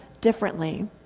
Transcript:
differently